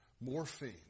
morphine